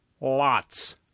Lots